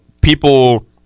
people